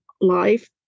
life